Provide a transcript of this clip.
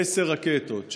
עשר רקטות,